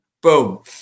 boom